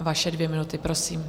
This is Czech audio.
Vaše dvě minuty, prosím.